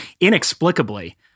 inexplicably